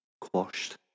quashed